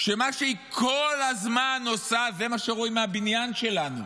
שמה שהיא כל הזמן עושה זה מה שרואים מהבניין שלנו,